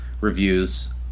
reviews